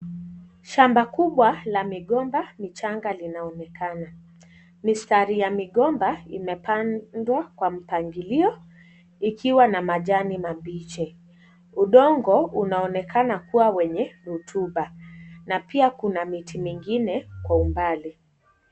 Shamba kubwa la migomba michanga linaonekana. Mistari ya migomba imepandwa kwa mpangilio ikiwa na majani mabichi. Udongo unaonekana kuwa wenye rotuba na pia kuna miti mingine kwa umbali.